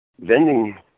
Vending